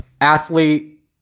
athlete